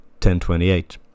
1028